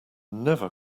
never